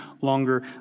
longer